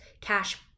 cash